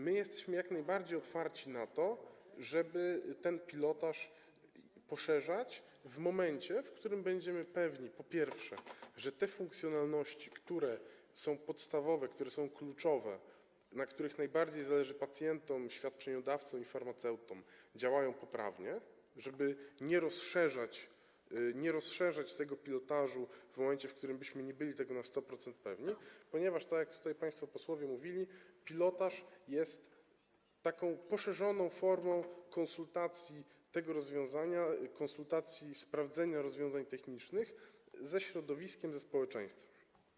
My jesteśmy jak najbardziej otwarci na to, żeby ten pilotaż poszerzać w momencie, w którym będziemy pewni, po pierwsze, że te funkcjonalności, które są podstawowe, które są kluczowe, na których najbardziej zależy pacjentom, świadczeniodawcom i farmaceutom, działają poprawnie, żeby nie rozszerzać tego pilotażu w momencie, w którym byśmy nie byli tego na 100% pewni, ponieważ, tak jak tutaj państwo posłowie mówili, pilotaż jest taką poszerzoną formą konsultacji tego rozwiązania, konsultacji, sprawdzenia rozwiązań technicznych ze środowiskiem, ze społeczeństwem.